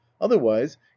Otherwise